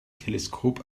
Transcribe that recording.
teleskop